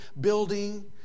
building